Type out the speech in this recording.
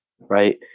right